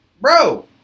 Bro